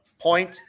Point